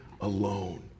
alone